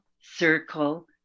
Circle